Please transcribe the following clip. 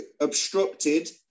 obstructed